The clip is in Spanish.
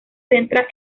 centra